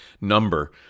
number